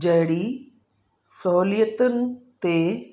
जहिड़ी सहुलियतुनि ते